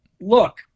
look